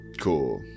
Cool